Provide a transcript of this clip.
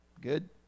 Good